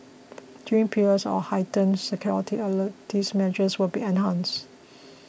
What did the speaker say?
during periods of heightened security alert these measures will be announced